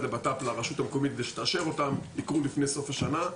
לביטחון הפנים לרשות המקומית שתאשר אותן יקרו לפני סוף השנה.